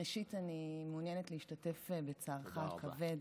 ראשית, אני מעוניינת להשתתף בצערך הכבד,